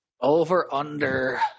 Over-under